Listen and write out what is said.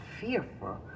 fearful